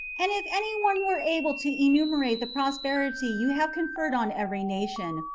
and if any one were able to enumerate the prosperity you have conferred on every nation,